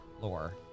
lore